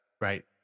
Right